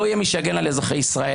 לא יהיה מי שיגן על אזרחי ישראל.